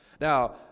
Now